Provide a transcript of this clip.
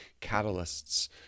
catalysts